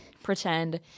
pretend